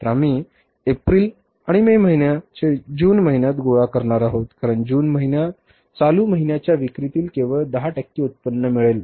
तर आम्ही एप्रिल आणि मे महिन्याचे जून महिन्यात गोळा करणार आहोत कारण जून महिन्यात चालू महिन्याच्या विक्रीतून केवळ 10 टक्के उत्पन्न मिळेल